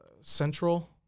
Central